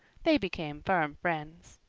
they became firm friends.